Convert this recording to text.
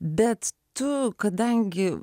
bet tu kadangi